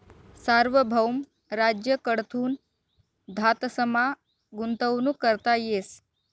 सार्वभौम राज्य कडथून धातसमा गुंतवणूक करता येस